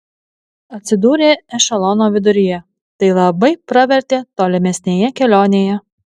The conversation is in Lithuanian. atsidūrė ešelono viduryje tai labai pravertė tolimesnėje kelionėje